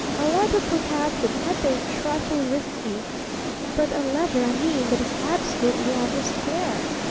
a letter, perhaps, that might be a trifle risky but a letter, i mean, that is absolutely on the square!